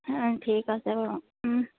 ঠিক আছে বাৰু